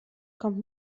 kommt